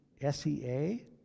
S-E-A